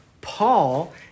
Paul